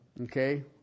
Okay